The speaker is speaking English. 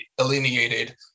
alienated